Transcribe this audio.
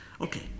Okay